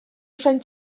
usain